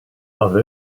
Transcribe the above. love